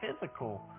physical